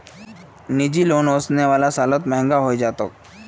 निजी लोन ओसने वाला सालत महंगा हैं जातोक